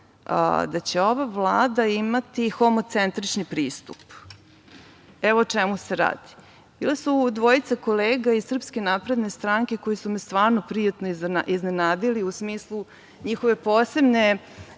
da će ova Vlada imati homocentrični pristup. Evo o čemu se radi. Dvojica kolega iz SNS koji su me stvarno prijatno iznenadili u smislu njihove posebne